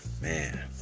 man